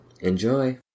Enjoy